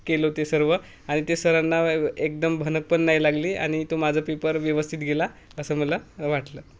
केलो ते सर्व आणि ते सरांना एकदम भनक पण नाही लागली आणि तो माझा पेपर व्यवस्थित गेला असं मला वाटलं